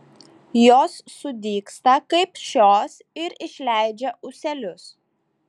jos sudygsta kaip šios ir išleidžia ūselius